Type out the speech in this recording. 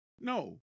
No